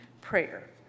prayer